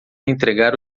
entregar